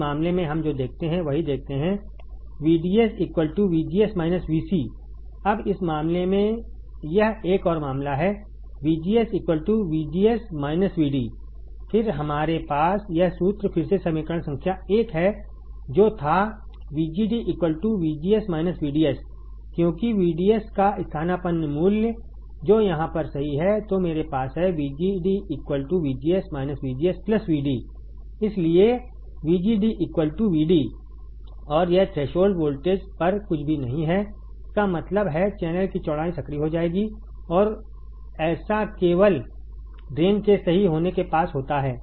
इस मामले में हम जो देखते हैं वही देखते हैं VDS VGS VC अब इस मामले में यह एक और मामला है VGS VGS VD फिर हमारे पास यह सूत्र फिर से समीकरण संख्या एक है जो था VGD VGS VDS क्योंकि VDS का स्थानापन्न मूल्य जो यहाँ पर सही है तो मेरे पास है VGD VGS VGS VD इसलिए VGD VD और यह थ्रेशोल्ड वोल्टेज पर कुछ भी नहीं है इसका मतलब है चैनल की चौड़ाई संकरी हो जाएगी और ऐसा केवल ड्रेन के सही होने के पास होता है